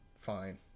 fine